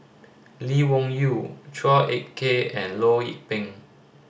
Lee Wung Yew Chua Ek Kay and Loh Lik Peng